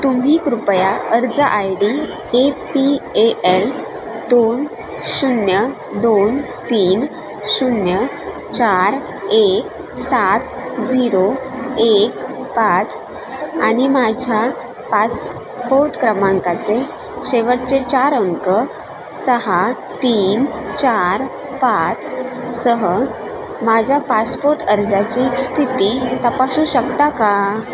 तुम्ही कृपया अर्ज I D A P A L दोन शून्य दोन तीन शून्य चार एक सात झिरो एक पाच आणि माझ्या पासपोर्ट क्रमांकाचे शेवटचे चार अंक सहा तीन चार पाचसह माझ्या पासपोर्ट अर्जाची स्थिती तपासू शकता का